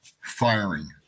firing